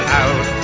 out